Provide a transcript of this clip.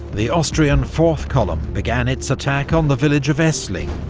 the austrian fourth column began its attack on the village of essling,